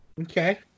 Okay